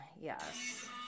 yes